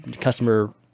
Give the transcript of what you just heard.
customer